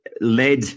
led